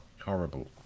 horrible